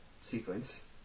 sequence